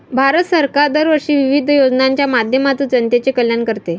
भारत सरकार दरवर्षी विविध योजनांच्या माध्यमातून जनतेचे कल्याण करते